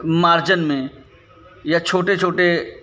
margin में या छोटे छोटे